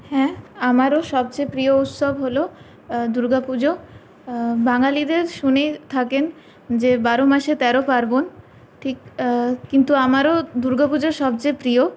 হ্যাঁ আমারও সবচেয়ে প্রিয় উৎসব হল দুর্গাপুজো বাঙালিদের শুনেই থাকেন যে বারো মাসে তেরো পার্বণ ঠিক কিন্তু আমারও দুর্গাপুজো সবচেয়ে প্রিয়